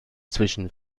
zwischen